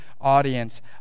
audience